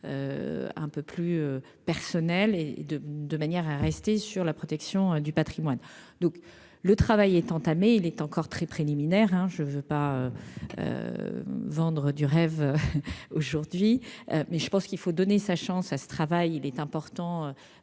un peu plus personnelle et de, de manière à rester sur la protection du Patrimoine, donc le travail est entamé, il est encore très préliminaires, hein, je veux pas vendre du rêve aujourd'hui, mais je pense qu'il faut donner sa chance à ce travail, il est important